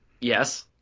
Yes